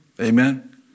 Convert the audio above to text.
Amen